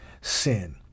sin